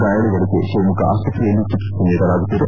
ಗಾಯಾಳುಗಳಗೆ ಶಿವಮೊಗ್ಗ ಆಸ್ಪತ್ರೆಯಲ್ಲಿ ಚಿಕಿತ್ಸೆ ನೀಡಲಾಗುತ್ತಿದೆ